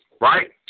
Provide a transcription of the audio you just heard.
right